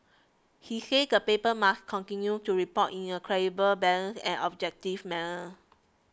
he said the paper must continue to report in a credible balanced and objective manner